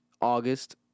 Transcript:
August